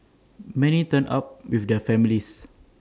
many turned up with their families